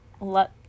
let